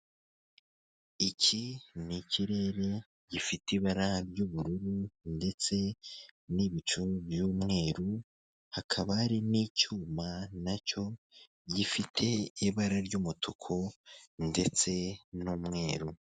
Iki ni ikirere gifite ibara ry'ubururu ndetse n'ibicu by'umweru, hakaba hari n'icyuma nacyo gifite ibara ry'umutuku ndetse n'umweru.